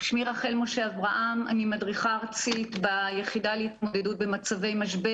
אני מדריכה ארצית ביחידה להתמודדות במצבי משבר,